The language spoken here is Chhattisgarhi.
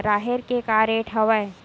राहेर के का रेट हवय?